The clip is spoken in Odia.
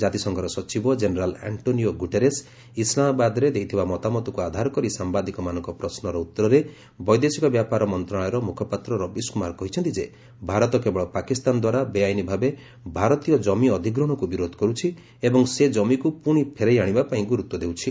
ଜାତିସଂଘର ସଚିବ ଜେନେରାଲ୍ ଆକ୍ଷୋନିଓ ଗୁଟେରସ୍ ଇସ୍ଲାମାବାଦରେ ଦେଇଥବା ମତାମତକୁ ଆଧାର କରି ସାମ୍ବାଦିକମାନଙ୍କ ପ୍ରଶ୍ୱର ଉତ୍ତରରେ ବୈଦେଶିକ ବ୍ୟାପାର ମନ୍ତ୍ରଣାଳୟର ମୁଖପାତ୍ର ରବିଶକୁମାର କହିଛନ୍ତି ଯେ ଭାରତ କେବଳ ପାକିସ୍ଥାନ ଦ୍ୱାରା ବେଆଇନ ଭାବେ ଭାରତୀୟ ଜମି ଅଧିଗ୍ରହଣକୁ ବିରୋଧ କରୁଛି ଏବଂ ସେ ଜମିକୁ ପୁଣି ଫେରାଇ ଆଶିବା ପାଇଁ ଗୁରୁତ୍ୱ ଦେଉଛି